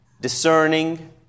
discerning